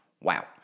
Wow